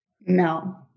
No